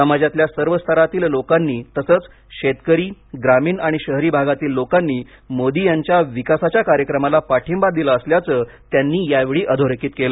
समाजातल्या सर्व स्तरातील लोकांनी तसंच शेतकरी ग्रामीण आणि शहरी भागातील लोकानी मोदी यांच्या विकासाच्या कार्यक्रमाला पाठिंबा दिला असल्याचं त्यांनी यावेळी अधोरेखित केलं